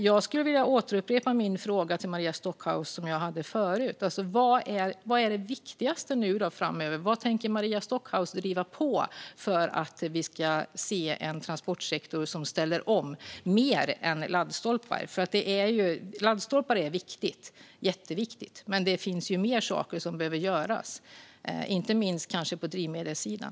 Jag skulle vilja upprepa min fråga från tidigare till Maria Stockhaus. Vad är det viktigaste framöver? Vad tänker Maria Stockhaus driva på för i arbetet för en transportsektor som ställer om, mer än laddstolpar? Laddstolpar är jätteviktigt, men det finns mer som behöver göras - kanske inte minst på drivmedelssidan.